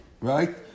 Right